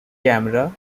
camera